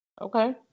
Okay